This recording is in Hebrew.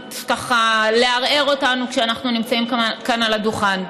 ככה לערער אותנו כשאנחנו נמצאים כאן על הדוכן.